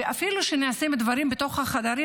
ואפילו שנעשים דברים בתוך החדרים,